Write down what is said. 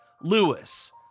Lewis